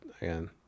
again